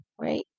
Right